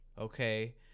Okay